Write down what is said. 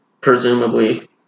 presumably